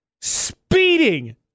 speeding